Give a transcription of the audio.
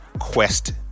Quest